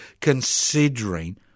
considering